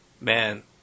man